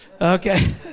okay